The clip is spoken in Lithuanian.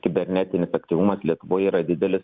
kibernetinis aktyvumas lietuvoj yra didelis